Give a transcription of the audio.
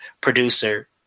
producer